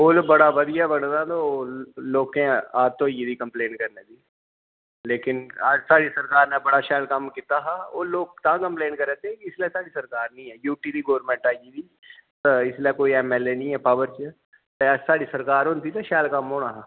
ओह् ते बड़ा बधिया बने दा ते लोकें आदत होई गेदी कम्पलेन करने दी ते साढ़ी सरकार नै बड़ा शैल कम्म कीता हा ओह् लोक तां कम्पलेन करा दे इसलै साढ़ी गौरमेंट निं आई यूटी दी गौरमेंट निं इसलै कोई एमएलए निं ऐ पॉवर च ते साढ़ी सरकार होंदी शैल कम्म होना हा